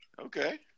Okay